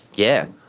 yeah.